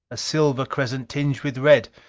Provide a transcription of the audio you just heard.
a silver crescent, tinged with red.